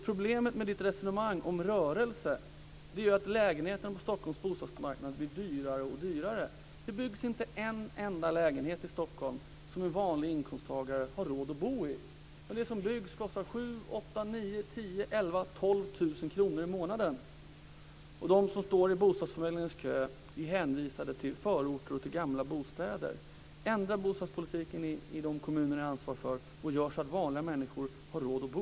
Problemet med resonemanget om rörelse är ju att lägenheterna på Stockholms bostadsmarknad blir dyrare och dyrare. Det byggs inte en enda lägenhet i Stockholm som en vanlig inkomsttagare har råd att bo i. Det som byggs kostar 7 000, 8 000, 9 000, 10 000, Bostadsförmedlingens kö är hänvisade till förorter och till gamla bostäder. Ändra bostadspolitiken i de kommuner som ni har ansvar för och gör så att vanliga människor har råd att bo.